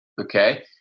okay